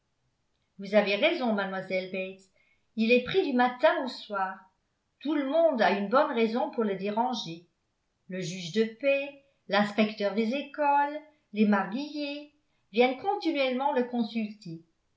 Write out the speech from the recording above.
vous avez raison mademoiselle bates il est pris du matin au soir tout le monde a une bonne raison pour le déranger le juge de paix l'inspecteur des écoles les marguilliers viennent continuellement le consulter